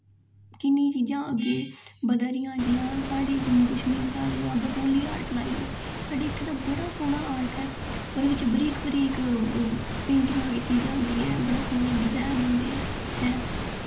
किन्नियां चीज़ां अग्गें बधा दियां जि'यां साढ़े जम्मू कशमीर दा बसोह्ली ऑर्ट लाई लैओ साढ़े इत्थै दा बड़ा सोह्ना ऑर्ट ऐ ओह्दे च बरीक बरीक पेंटिगां कीती जंदी ऐ ओह्दे च बड़े सोह्ने डिजाईन कीते जंदे हें